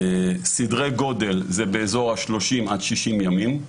סדרי גודל, זה באזור 30 עד 60 ימים.